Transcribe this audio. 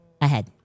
ahead